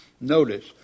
Notice